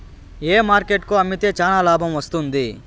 ఏ market కు అమ్మితే చానా లాభం వస్తుంది?